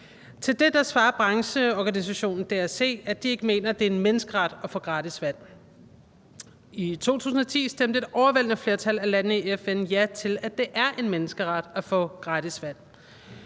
Til det svarer brancheorganisationen DRC, at de ikke mener, at det er en menneskeret at få gratis vand. I 2010 stemte et overvældende flertal af lande i FN ja til, at det er en menneskeret er få gratis vand.